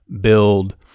build